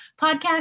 podcast